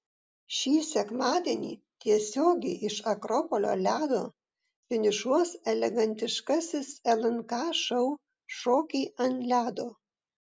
šį sekmadienį tiesiogiai iš akropolio ledo finišuos elegantiškasis lnk šou šokiai ant ledo